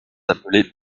appelées